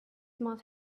must